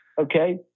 Okay